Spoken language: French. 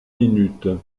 minutes